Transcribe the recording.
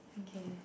okay